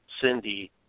Cindy